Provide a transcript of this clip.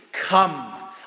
Come